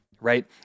Right